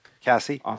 Cassie